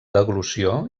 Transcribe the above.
deglució